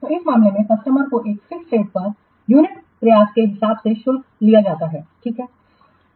तो इस मामले में कस्टमर को एक फिक्स्ड रेट पर यूनिट प्रयास के हिसाब से शुल्क लिया जाता है ठीक है